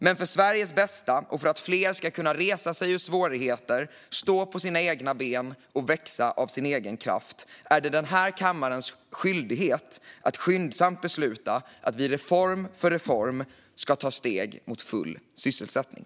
Men för Sveriges bästa och för att fler ska kunna resa sig ur svårigheter, stå på sina egna ben och växa av sin egen kraft är det denna kammares skyldighet att skyndsamt besluta om att vi reform för reform ska ta steg mot full sysselsättning.